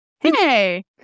hey